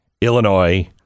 Illinois